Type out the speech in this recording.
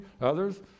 Others